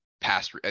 past